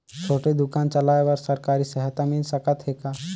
छोटे दुकान चलाय बर सरकारी सहायता मिल सकत हे का?